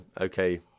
okay